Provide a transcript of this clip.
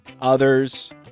others